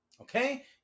okay